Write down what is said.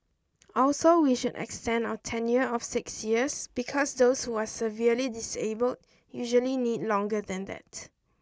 also we should extend our tenure of six years because those who are severely disabled usually need longer than that